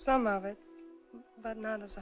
some of it but not as